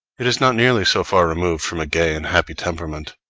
it is not nearly so far removed from a gay and happy temperament.